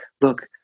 look